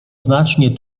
znacznie